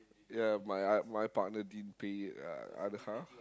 ya my uh my partner didn't pay it uh Adha